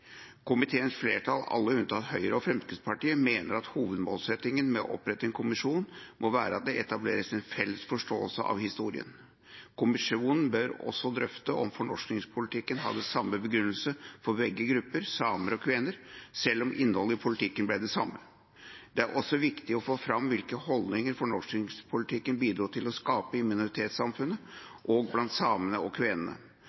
Komiteens flertall, alle unntatt Høyre og Fremskrittspartiet, mener at hovedmålsettingen med å opprette en kommisjon må være at det etableres en felles forståelse av historien. Kommisjonen bør også drøfte om fornorskingspolitikken hadde samme begrunnelse for begge grupper, samer og kvener, selv om innholdet i politikken ble den samme. Det er også viktig å få fram hvilke holdninger fornorskingspolitikken bidro til å skape